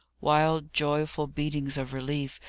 wild, joyful beatings of relief,